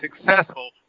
successful